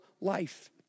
life